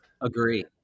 Agree